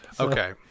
Okay